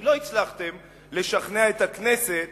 כי לא הצלחתם לשכנע את הכנסת